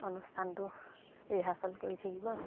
অনুষ্ঠানটো ৰিহাৰ্চেল কৰি থাকিব